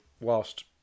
whilst